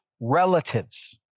relatives